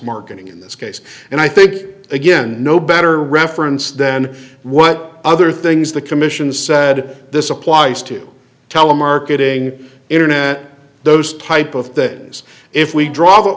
marketing in this case and i think again no better reference than what other things the commission said this applies to telemarketing internet those type of that is if we dr